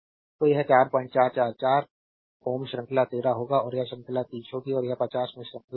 तो यह 4444 Ω श्रृंखला 13 होगा और यह श्रृंखला 30 होगी और यह 50 में श्रृंखला में होगी